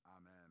Amen